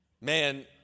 Man